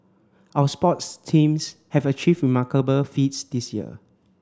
our sports teams have achieved remarkable feats this year